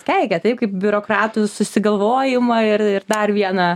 keikė taip kaip biurokratų susigalvojimą ir ir dar vieną